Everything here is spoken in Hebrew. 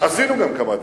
עשינו גם כמה דברים,